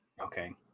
Okay